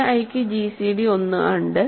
ai ക്കു gcd 1 ഉണ്ട്